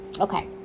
Okay